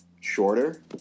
shorter